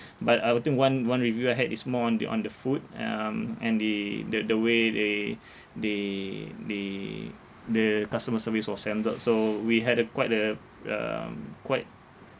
but I would think one one review I had is more on the on the food um and the the way they they they the customer service was handled so we had a quite a um quite